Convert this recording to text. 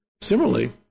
Similarly